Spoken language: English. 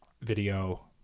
video